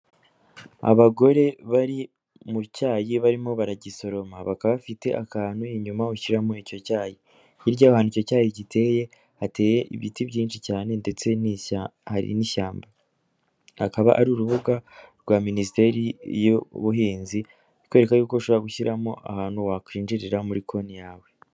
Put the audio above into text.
Abagore bari mu cyayi barimo baragisoroma, bakaba bafite akantu inyuma ushyiramo icyo cyayi, hirya yaho hantu icyo cyayi giteye, hateye ibiti byinshi cyane ndetse n'ishyamba, akaba ari urubuga rwa minisiteri y''ubuhinzi ikwereka yuko uko ushobora gushyiramo ahantu wakwinjirira muri konti yawe.